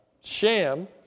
sham